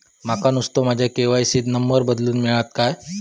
माका नुस्तो माझ्या के.वाय.सी त नंबर बदलून मिलात काय?